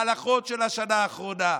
ההלכות של השנה האחרונה,